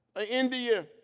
ah india.